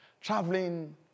traveling